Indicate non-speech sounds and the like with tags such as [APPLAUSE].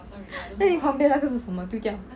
[LAUGHS] then 你旁边的那个是什么丢掉